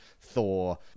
Thor